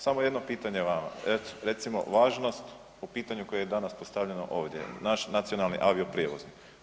Samo jedno pitanje vama, eto recimo važnost po pitanju koje je danas postavljeno ovdje, naš nacionalni avio prijevoz.